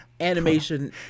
animation